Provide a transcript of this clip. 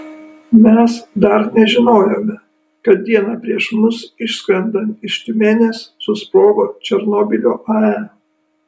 mes dar nežinojome kad dieną prieš mums išskrendant iš tiumenės susprogo černobylio ae